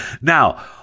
Now